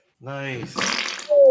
Nice